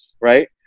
Right